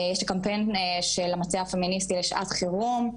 יש את הקמפיין של המטה הפמיניסטי לשעת חירום,